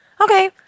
okay